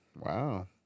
Wow